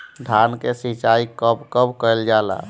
धान के सिचाई कब कब कएल जाला?